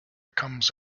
comes